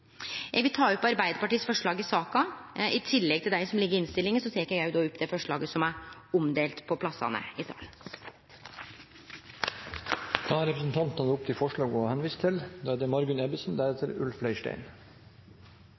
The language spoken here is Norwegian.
Eg vil ta opp forslaga til Arbeidarpartiet i saka. I tillegg til dei som ligg i innstillinga, tek eg også opp det forslaget som er omdelt i salen. Da har representanten Lene Vågslid tatt opp de forslag hun refererte til.